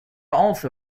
also